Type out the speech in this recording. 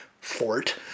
fort